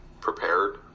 prepared